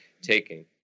taking